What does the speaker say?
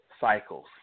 cycles